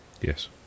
Yes